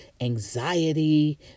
anxiety